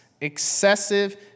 excessive